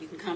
you can come